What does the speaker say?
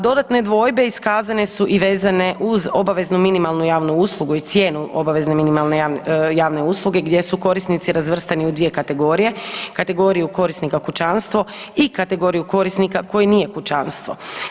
Dodatne dvojbe iskazane su i vezane uz obaveznu minimalnu javnu uslugu i cijenu obavezne minimalne javne usluge gdje su korisnici razvrstani u dvije kategorije, kategoriju korisnika kućanstvo i kategoriju korisnika konji nije kućanstvo.